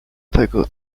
tego